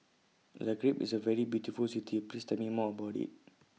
Zagreb IS A very beautiful City Please Tell Me More about IT